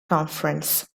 conference